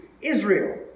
Israel